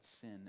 sin